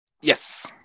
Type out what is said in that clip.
Yes